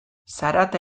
zarata